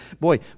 Boy